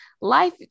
Life